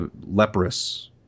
leprous